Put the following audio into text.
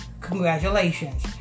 Congratulations